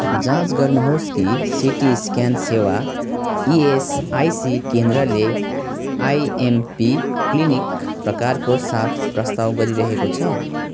जाँच गर्नुहोस् कि सिटी स्क्यान सेवा इएसआइसी केन्द्रले आइएमपी क्लिनिक प्रकारको साथ प्रस्ताव गरिरहेको छ